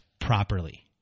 properly